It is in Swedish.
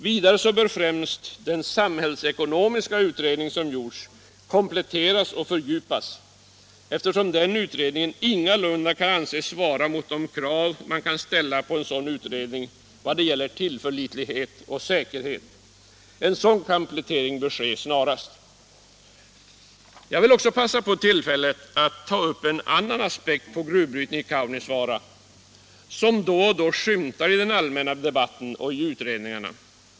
Vidare bör främst den samhällsekonomiska utredning som gjorts kompletteras och fördjupas, eftersom den utredningen ingalunda kan anses svara mot de krav man kan ställa på en sådan utredning vad gäller tillförlitlighet och säkerhet. En sådan komplettering bör ske snarast. Jag vill också passa på tillfället att ta upp en annan aspekt på gruvbrytning i Kaunisvaara, som då och då skymtat i den allmänna debatten och i utredningarna.